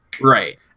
right